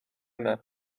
yna